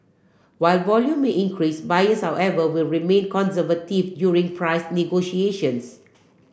while volume may increase buyers however will remain conservative during price negotiations